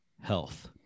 health